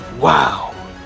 Wow